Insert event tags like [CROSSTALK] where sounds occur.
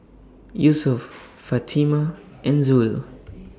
Yusuf [NOISE] Fatimah and Zul